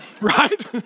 right